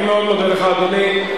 אני מאוד מודה לך, אדוני.